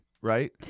right